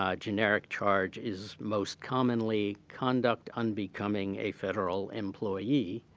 um generic charge is most commonly conduct on becoming a federal employee.